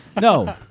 No